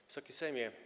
Wysoki Sejmie!